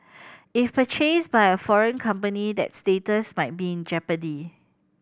if purchased by a foreign company that status might be in jeopardy